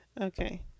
Okay